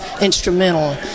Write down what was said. instrumental